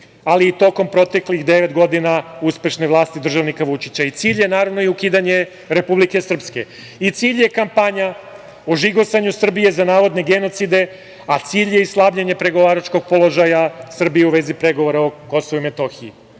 ali i tokom proteklih devet godina uspešne vlasti državnika Vučića. I cilj je, naravno, ukidanje Republike Srbije. I cilj je kampanja o žigosanju Srbije za navodne genocide, a cilj je i slabljenje pregovaračkog položaja Srbije u vezi pregovora o KiM.I još